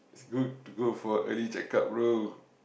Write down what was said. good to go for early checkup bro